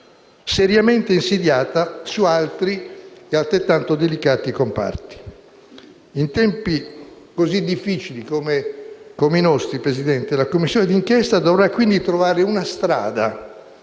seriamente insidiata su altri e altrettanto delicati comparti. In tempi così difficili come i nostri, Presidente, la Commissione d'inchiesta dovrà, quindi, trovare una strada